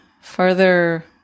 further